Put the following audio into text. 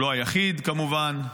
הוא לא היחיד, כמובן.